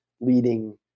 leading